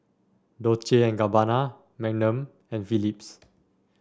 Dolce and Gabbana Magnum and Philips